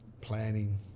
planning